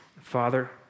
Father